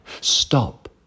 Stop